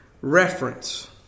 reference